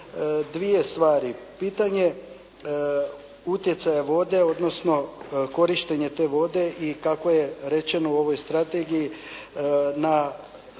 dvije stvari. Pitanje utjecaja vode odnosno korištenje te vode i kako je rečeno u ovoj strategiji na